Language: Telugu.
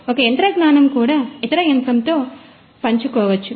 ఒక యంత్ర జ్ఞానం కూడా ఇతర యంత్రంతో పంచుకోవచ్చు